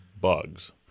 bugs